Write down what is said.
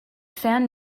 fan